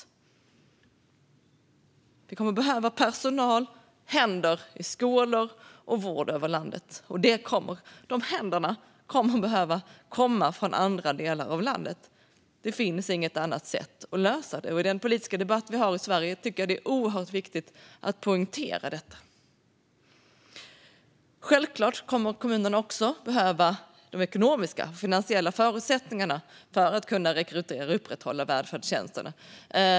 Det kommer att behövas personal - händer - i skola och vård över hela landet, och de händerna kommer att behöva komma från andra delar av världen. Det finns inget annat sätt att lösa detta. Med tanke på den politiska debatt vi har i Sverige tycker jag att det är oerhört viktigt att poängtera det. Självklart kommer kommunerna även att behöva ekonomiska och finansiella förutsättningar för att kunna rekrytera och upprätthålla välfärdstjänsterna.